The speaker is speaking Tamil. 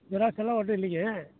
ஜெராக்ஸ் எல்லாம் ஒன்றும் இல்லைங்க